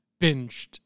binged